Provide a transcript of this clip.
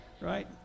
right